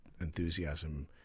enthusiasm